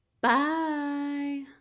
Bye